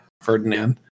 Ferdinand